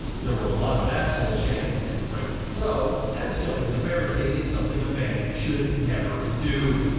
there were a lot of asshole chants and rightly so, as jumping the barricade is something a fan should never do.